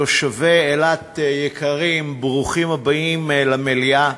תושבי אילת יקרים, ברוכים הבאים למליאה.